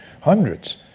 hundreds